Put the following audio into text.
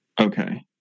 Okay